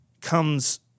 comes